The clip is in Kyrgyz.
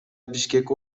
бишкек